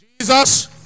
Jesus